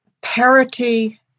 parity